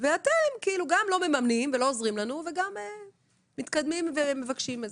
ואתם גם לא מממנים ולא עוזרים לנו וגם מתקדמים ומבקשים.